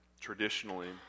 Traditionally